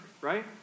right